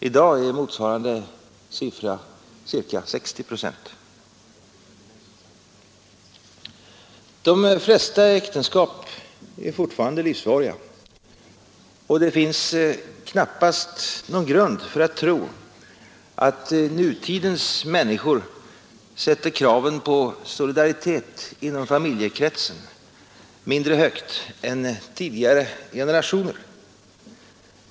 I dag är motsvarande siffra ca 60 procent. De flesta äktenskap är fortfarande livsvariga, och det finns knappast någon grund för att tro att nutidens människor sätter kraven på solidaritet inom familjekretsen mindre högt än tidigare generationer.